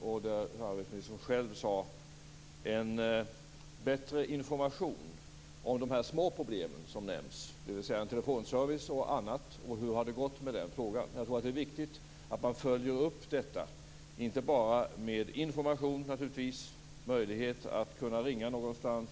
Samarbetsministern sade själv att det behövs en bättre information om de små problem som nämndes, dvs. telefonservice och annat. Hur har det gått med den frågan? Jag tror att det är viktigt att man följer upp detta inte bara med information om möjligheter att kunna ringa någonstans.